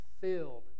filled